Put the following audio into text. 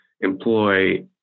employ